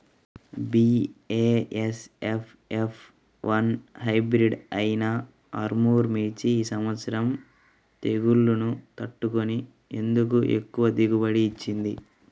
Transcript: BASF F one hybrid అయినా ఆర్ముర్ మిర్చి ఈ సంవత్సరం తెగుళ్లును తట్టుకొని ఎందుకు ఎక్కువ దిగుబడి ఇచ్చింది?